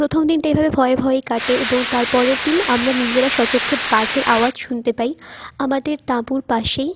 প্রথম দিনটা এভাবে ভয়ে ভয়েই কাটে এবং তার পরের দিন আমরা নিজেরা স্বচক্ষে বাঘের আওয়াজ শুনতে পাই আমাদের তাঁবুর পাশেই